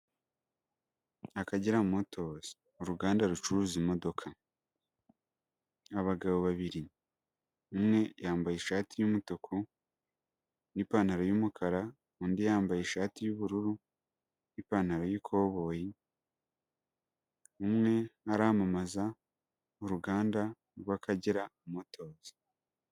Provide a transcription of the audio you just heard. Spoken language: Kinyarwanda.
Akagera Motozi, uruganda rucuruza imodoka. Abagabo babiri. Umwe yambaye ishati y'umutuku n'ipantaro y'umukara, undi yambaye ishati y'ubururu n'ipantaro y'ikoboyi. Umwe aramamaza uruganda rw'Akagera Motozi.